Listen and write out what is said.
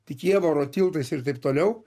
tik jievaro tiltais ir taip toliau